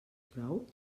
prou